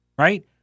Right